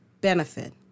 benefit